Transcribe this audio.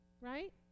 Right